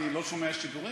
אני לא שומע את השידורים,